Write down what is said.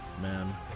man